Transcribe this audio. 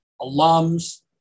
alums